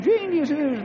geniuses